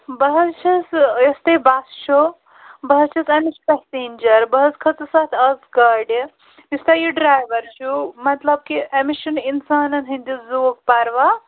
بہٕ حظ چھَس یۄس تۄہہِ بَس چھُ بہٕ حظ چھَس اَمِچ پٮ۪سینجر بہٕ حظ کھٔژٕس اَتھ آز گاڑِ یُس تۄہہِ یہِ ڈرٛایوَر چھُ مطلب کہِ أمِس چھُنہٕ اِنسانَن ہٕنٛدِس زوٗوُک پَروا